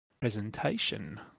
presentation